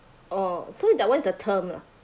oh so that one is the term lah